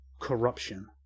corruption